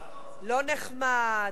לא נחמד,